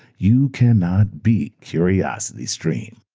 you cannot beat curiositystream.